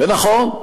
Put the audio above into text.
נכון,